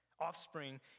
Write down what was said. offspring